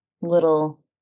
little